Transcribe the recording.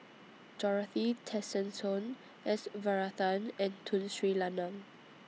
Dorothy Tessensohn S Varathan and Tun Sri Lanang